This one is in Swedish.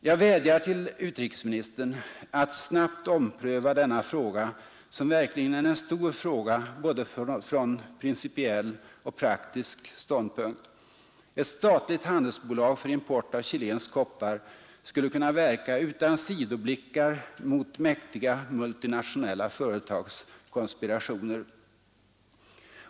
Jag vädjar till utrikesministern att snabbt ompröva denna fråga, som verkligen är en stor fråga från både principiell och praktisk ståndpunkt Ett statligt handelsbolag för import av chilensk koppar skulle kunna verka utan sidoblickar mot mäktiga multinationella företags konspirationer.